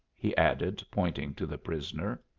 he added, pointing to the prisoner.